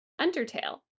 Undertale